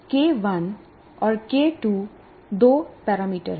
और के1 और के2 दो पैरामीटर हैं